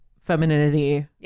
femininity